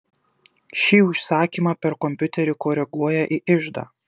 ši užsakymą per kompiuterį koreguoja į iždą